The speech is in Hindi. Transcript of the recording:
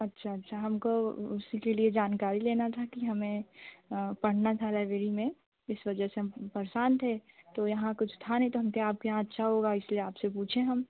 अच्छा अच्छा हमको उसी के लिए जानकारी लेना था कि हमें पढ़ना था लाइब्रेरी में इस वजह से हम परेशान थे तो यहाँ कुछ था नहीं तो हम कहे आपके यहाँ अच्छा होगा इसलिए आपसे पूछे हम